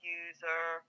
user